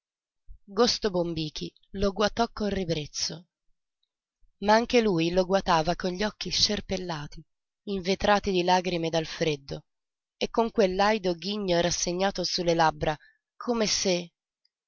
signorino gosto bombichi lo guatò con ribrezzo ma anche colui lo guatava con gli occhi scerpellati invetrati di lagrime dal freddo e con quel laido ghigno rassegato su le labbra come se